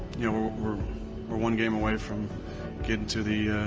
you we're we're one game away from getting to the